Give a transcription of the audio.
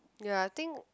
ya I think